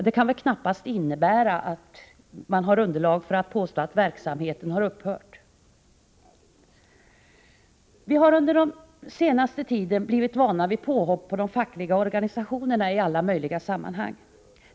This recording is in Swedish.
Det kan väl knappast innebära att man har underlag för att påstå att verksamheten har upphört. Vi har under den senaste tiden fått vänja oss vid påhopp på de fackliga organisationerna i alla möjliga sammanhang.